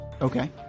Okay